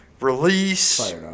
Release